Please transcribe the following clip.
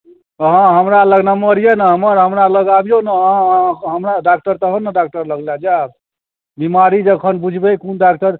अहाँ हमरा लग नंबर यऽ ने हमर हमरा लग आबियौ ने अहाँकऽ हमरा लग तहन डाक्टर लग लए जाएब बीमारी जखन बुझबै कोन डाक्टर